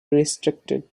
restricted